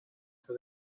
for